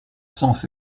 sens